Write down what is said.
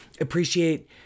Appreciate